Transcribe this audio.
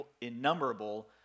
innumerable